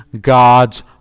God's